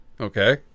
okay